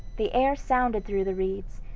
the air sounded through the reeds,